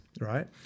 Right